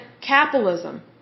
capitalism